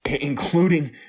including